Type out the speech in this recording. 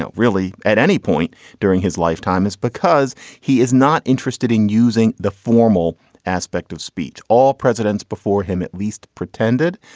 ah really at any point during his lifetime is because he is not interested in using the formal aspect of speech. all presidents before him at least pretended.